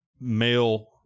male